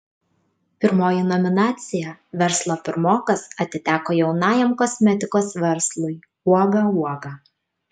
pirmoji nominacija verslo pirmokas atiteko jaunajam kosmetikos verslui uoga uoga